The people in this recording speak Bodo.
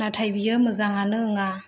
नाथाय बियो मोजाङानो नङा